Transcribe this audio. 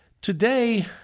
Today